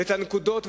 ואת הנקודות,